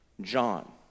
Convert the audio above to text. John